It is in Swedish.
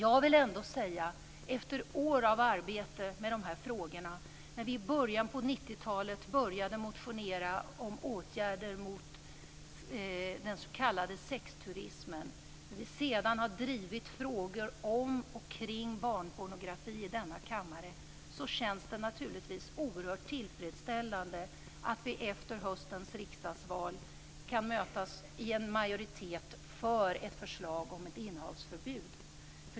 Jag vill ändå gärna säga att det efter år av arbete med de här frågorna - i början av 90-talet började vi motionera om åtgärder mot den s.k. sexturismen och har sedan i denna kammare drivit frågor om och kring barnpornografin - naturligtvis känns oerhört tillfredsställande att vi efter höstens riksdagsval kan mötas i en majoritet för ett förslag om innehavsförbud.